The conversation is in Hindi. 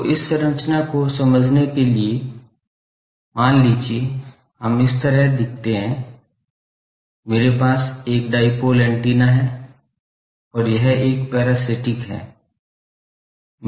तो इस संरचना को समझने के लिए है मान लीजिए हम इस तरह दिखते हैं मेरे पास एक डाईपोल एंटीना है और यह एक पैरासिटिक है